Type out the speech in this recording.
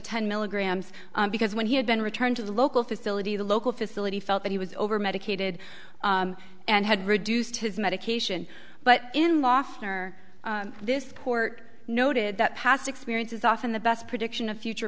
ten milligrams because when he had been returned to the local facility the local facility felt that he was over medicated and had reduced his medication but in law for this court noted that past experience is often the best prediction of future